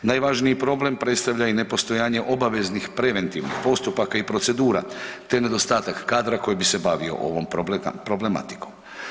Najvažniji problem predstavlja i nepostojanje obaveznih preventivnih postupaka i procedura, te nedostatak kadra koji bi se bavio ovom problematikom.